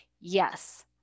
yes